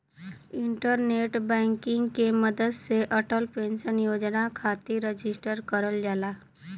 internet banking के मदद से अटल पेंशन योजना खातिर रजिस्टर करल जाला